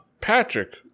Patrick